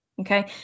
Okay